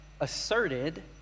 asserted